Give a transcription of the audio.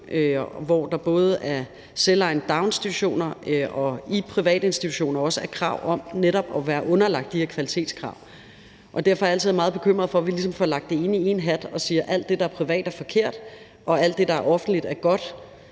der er både i selvejende daginstitutioner og privatinstitutioner krav om netop at være underlagt de her kvalitetskrav. Derfor er jeg altid meget bekymret for, at vi ligesom få lagt det hele i en hat og siger, at alt det, der er privat, er forkert, og alt det, der er offentligt, er godt